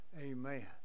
Amen